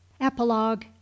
Epilogue